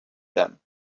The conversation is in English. them